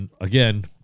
Again